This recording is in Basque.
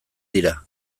dira